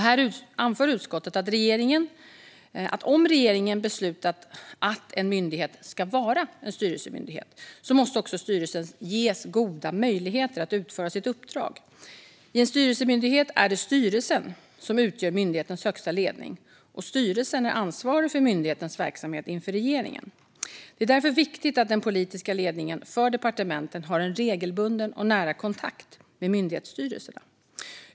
Här anför utskottet att om regeringen beslutat att en myndighet ska vara en styrelsemyndighet måste styrelsen också ges goda möjligheter att utföra sitt uppdrag. I en styrelsemyndighet är det styrelsen som utgör myndighetens högsta ledning, och styrelsen är inför regeringen ansvarig för myndighetens verksamhet. Det är därför viktigt att den politiska ledningen för departementen har en regelbunden och nära kontakt med myndighetsstyrelserna.